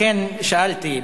לכן שאלתי.